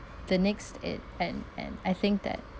the next is and and I think that